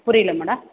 புரியல மேடம்